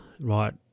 right